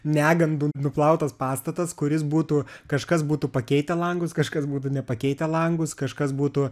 negandų nuplautas pastatas kuris būtų kažkas būtų pakeitę langus kažkas būtų nepakeitę langus kažkas būtų